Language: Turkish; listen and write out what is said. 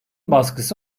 baskısı